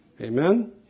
Amen